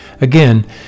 Again